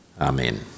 Amen